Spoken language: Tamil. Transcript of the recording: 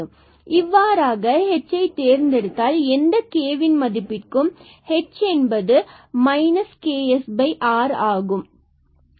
எனவே இவ்வாறாக hஐ தேர்ந்தெடுத்தால் எந்த k மதிப்பிற்கும் h ksrஐ தேர்ந்தெடுக்க இயலும்